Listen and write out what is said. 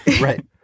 Right